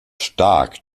stark